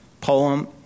poem